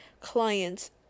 clients